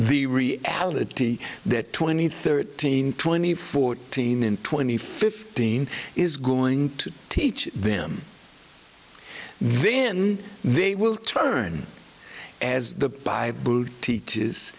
the reality that twenty thirteen twenty fourteen and twenty fifteen is going to teach them then they will turn as the bible teaches